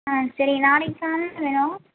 ஆ சரிங்க நாளைக்கு காலையில் வேணும்